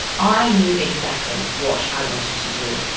i knew exactly what i wanted to do,